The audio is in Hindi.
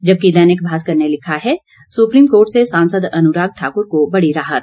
जबकि दैनिक भास्कर ने लिखा है सुप्रीम कोर्ट से सांसद अनुराग ठाकुर को बड़ी राहत